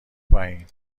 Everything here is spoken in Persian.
پایین